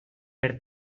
per